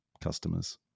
customers